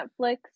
Netflix